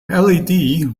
led